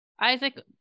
Isaac